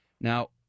Now